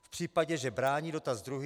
V případě, že brání, dotaz druhý.